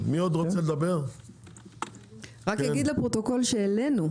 רק נגיד לפרוטוקול שהעלינו.